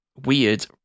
weird